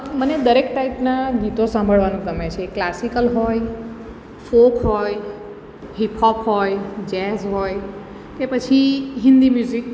મને દરેક ટાઈપનાં ગીતો સાંભળવાનુ ગમે છે ક્લાસિકલ હોય ફોક હોય હિપહોપ હોય જેઝ હોય કે પછી હિન્દી મ્યુઝિક